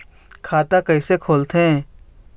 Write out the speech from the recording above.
खाता कइसे खोलथें?